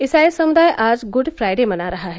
इसाई समुदाय आज गुड फ्राइडे मना रहा है